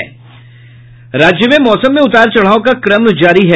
राज्य में मौसम में उतार चढ़ाव का क्रम जारी है